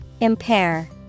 Impair